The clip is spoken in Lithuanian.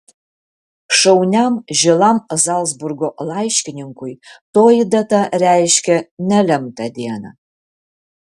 šauniam žilam zalcburgo laiškininkui toji data reiškė nelemtą dieną